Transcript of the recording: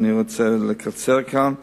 ואני רוצה לקצר כאן.